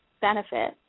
benefit